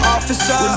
Officer